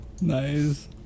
Nice